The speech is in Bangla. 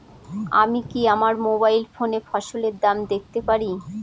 আমি কি আমার মোবাইল ফোনে ফসলের দাম দেখতে পারি?